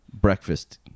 breakfast